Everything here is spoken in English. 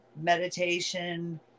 meditation